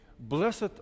Blessed